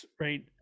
Right